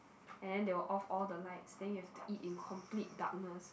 and then they will off all the lights then you have to eat in complete darkness